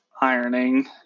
ironing